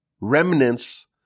remnants